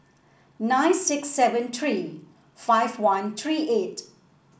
nine six seven three five one three eight